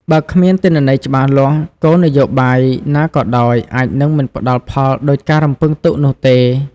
បើគ្មានទិន្នន័យច្បាស់លាស់ គោលនយោបាយណាក៏ដោយអាចនឹងមិនផ្តល់ផលដូចការរំពឹងទុកនោះទេ។